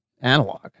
analog